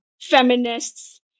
feminists